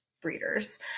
breeders